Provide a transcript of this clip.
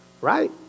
Right